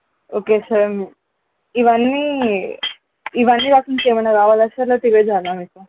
okay sir ఇవన్నీ ఇవన్నీ కాకుండా ఇంకా ఏమన్న కావాల సార్ లేకపోతే ఇవి చాల మీకు